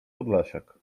podlasiak